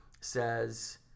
says